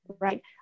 right